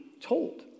told